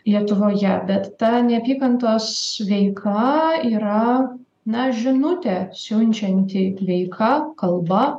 lietuvoje bet ta neapykantos veika yra na žinutę siunčianti veika kalba